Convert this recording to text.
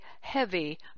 heavy